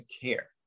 care